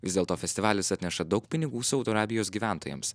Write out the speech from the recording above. vis dėlto festivalis atneša daug pinigų saudo arabijos gyventojams